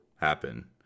happen